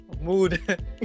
Mood